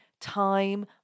time